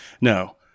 No